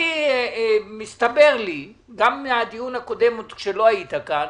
אני, מסתבר לי גם מהדיון הקודם עוד כשלא היית כאן,